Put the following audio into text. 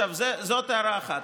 זאת הערה אחת.